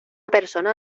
persona